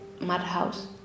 madhouse